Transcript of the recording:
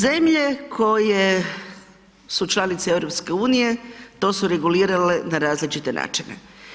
Zemlje koje su članice EU to su regulirale na različite načine.